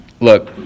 look